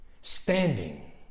standing